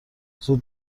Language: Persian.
زود